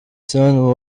sun